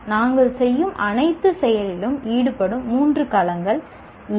நாங்கள் செய்யும் அனைத்து செயலிலும் ஈடுபடும் மூன்று களங்கள் இவை